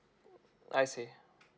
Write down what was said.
I see